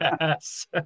yes